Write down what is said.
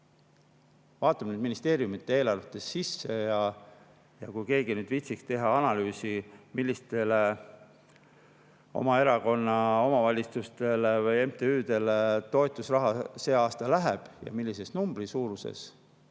Vaatame nüüd ministeeriumide eelarvetesse sisse. Kui keegi viitsiks teha analüüsi, millistele oma erakonna omavalitsustele või MTÜ-dele toetusraha see aasta läheb ja millises suurusjärgus,